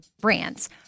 brands